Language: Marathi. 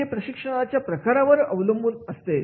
हे प्रशिक्षणाच्या प्रकारावर अवलंबून असते